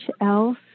else